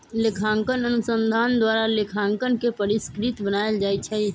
लेखांकन अनुसंधान द्वारा लेखांकन के परिष्कृत बनायल जाइ छइ